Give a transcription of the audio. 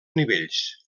nivells